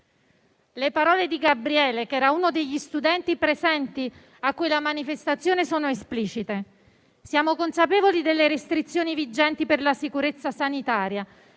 Le parole di Gabriele, uno degli studenti presenti a quella manifestazione, sono esplicite: «siamo consapevoli delle restrizioni vigenti per la sicurezza sanitaria,